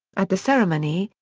at the ceremony,